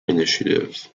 initiative